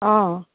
অ'